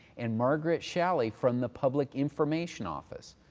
and margaret shalley, from the public information office.